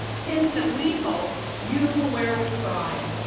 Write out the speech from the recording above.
pins that we hope you will wear with pride,